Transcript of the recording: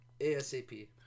ASAP